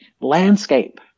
landscape